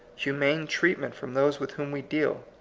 humane treatment from those with whom we deal.